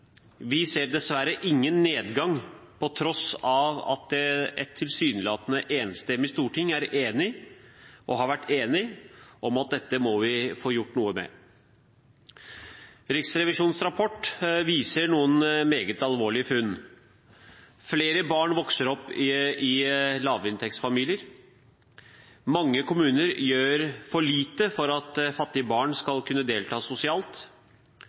Vi ser dessverre ingen nedgang til tross for at et tilsynelatende enstemmig storting er enig om – og har vært enig om – at dette må vi få gjort noe med. Riksrevisjonens rapport viser noen meget alvorlige funn: Flere barn vokser opp i lavinntektsfamilier. Mange kommuner gjør for lite for at fattige barn skal kunne delta sosialt.